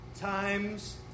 times